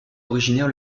originaire